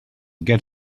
get